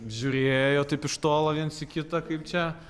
žiūrėjo taip iš tolo viens į kitą kaip čia